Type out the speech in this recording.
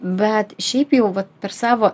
bet šiaip jau vat per savo